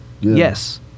Yes